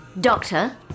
Doctor